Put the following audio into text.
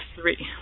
three